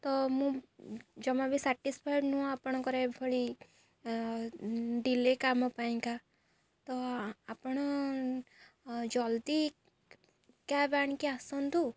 ତ ମୁଁ ଜମା ବି ସଟିସ୍ଫାଏଡ଼୍ ନୁହଁ ଆପଣଙ୍କର ଏଭଳି ଡିଲେ କାମ ପାଇଁକା ତ ଆପଣ ଜଲ୍ଦି କ୍ୟାବ ଆଣିକି ଆସନ୍ତୁ